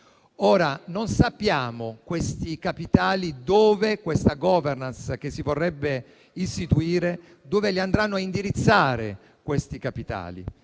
Non sappiamo dove questa *governance* che si vorrebbe istituire andrà a indirizzare questi capitali,